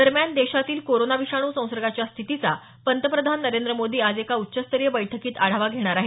दरम्यान देशातील कोरोना विषाणू संसर्गाच्या स्थितीचा पंतप्रधान नरेंद्र मोदी आज एका उच्चस्तरीय बैठकीत आढावा घेणार आहेत